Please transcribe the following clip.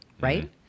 right